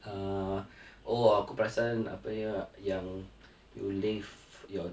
uh oh aku perasan apa yang you leave your